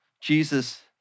Jesus